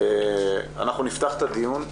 אנחנו נפתח את הדיון.